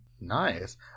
Nice